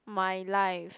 my life